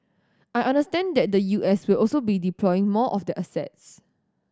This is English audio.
I understand that the U S will also be deploying more of their assets